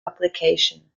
application